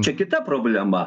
čia kita problema